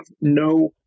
no